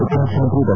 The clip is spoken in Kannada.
ಉಪಮುಖ್ಯಮಂತ್ರಿ ಡಾ